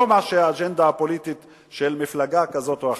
ולא מה האג'נדה הפוליטית של מפלגה כזאת או אחרת.